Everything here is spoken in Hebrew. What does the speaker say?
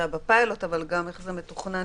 ואז צריך לשלוח אדם, בשר ודם, זה יכול להיות מפקח,